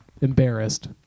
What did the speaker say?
embarrassed